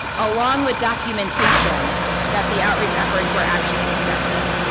along with documentation that the outreach efforts were actually conducted.